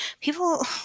people